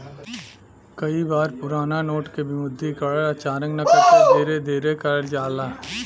कई बार पुराना नोट क विमुद्रीकरण अचानक न करके धीरे धीरे करल जाला